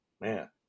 man